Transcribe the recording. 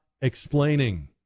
explaining